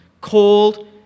Called